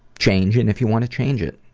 change and if you want to change it.